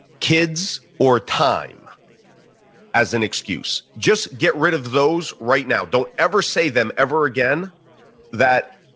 kids or time as an excuse. just get rid of those right now. don't ever say them ever again that,